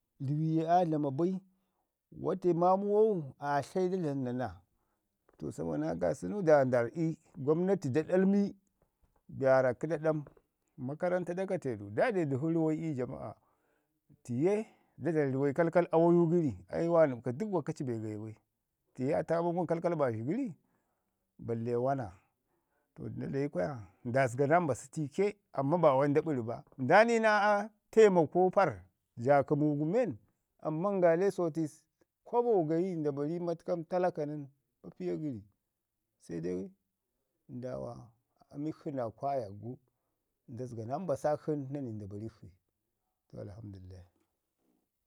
ruwi ye aa dlama bai, wate maamu wau aa tlauyi da dlami nana?. To sabo naa kaasənu da nda rrə'i, gwamnati da ɗalmi be waarra kə ɗaɗam. Makarranta da kate du daa de dəvu ruwai i jamaa tiye da dlam ruwai kalkal awayu gəri. AI wa nəpka dək wa kaci be gayi bai, tiye aa ta abən kalkal baazhi gəri balle wana. To, nda de kwaya nda zəga naa mbasək tiike amman ba wai nda 6ari ba. Nda ni naa taimako para, ja kəmu gu men amman ngalte sotai kwabo gayi nda bari matkam talaka nən, papiya gəri se dai ndaawa emik shi naa kwayakgu nda zəga naa mbasak shi nən nda barik shi. to Alhamdulillah.